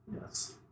Yes